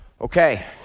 okay